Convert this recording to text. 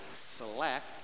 select